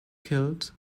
killed